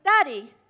study